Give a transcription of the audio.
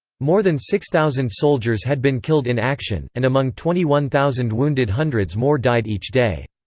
more than six thousand soldiers had been killed in action, and among twenty one thousand wounded hundreds more died each day.